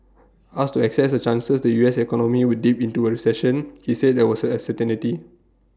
asked to assess the chances the U S economy would dip into A recession he said that was A certainty